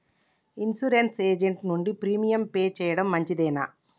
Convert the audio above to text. Insurance agent నుండి premium pay చేయడం మంచిదేనా?